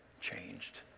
changed